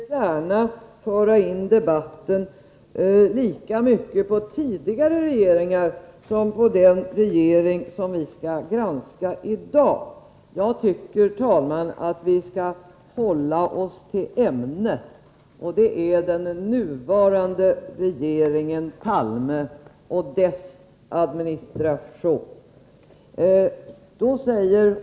Herr talman! Olle Svensson ville gärna föra debatten lika mycket om tidigare regeringar som om den regering vi skall granska i dag. Jag tycker, herr talman, att vi skall hålla oss till ämnet, och det är den nuvarande regeringen Palme och dess administration.